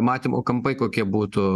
matymo kampai kokie būtų